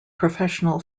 professional